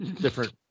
different